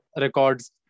records